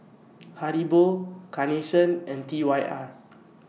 Haribo Carnation and T Y R